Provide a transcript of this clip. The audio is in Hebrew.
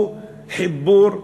הוא חיבור פחדן,